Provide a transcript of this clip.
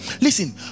Listen